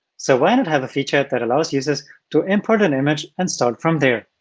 so why not have a feature that allows users to input an image and start from there?